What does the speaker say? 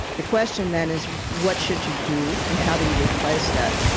the question then is what should you do and how do you replace that?